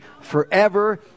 forever